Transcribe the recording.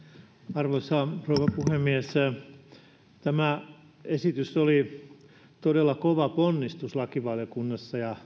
arvoisa rouva puhemies tämä esitys oli todella kova ponnistus lakivaliokunnassa ja